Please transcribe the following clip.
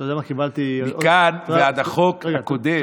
מכאן ועד החוק הקודם,